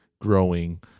growing